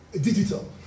digital